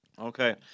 Okay